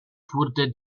wurde